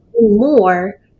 more